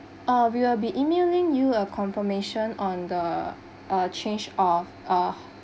orh we will be emailing you a confirmation on the uh change of uh